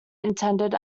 intended